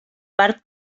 part